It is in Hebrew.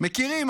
מכירים.